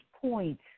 point